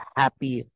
happy